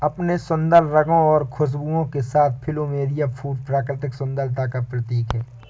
अपने सुंदर रंगों और खुशबू के साथ प्लूमेरिअ फूल प्राकृतिक सुंदरता का प्रतीक है